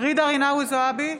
ג'ידא רינאוי זועבי,